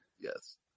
Yes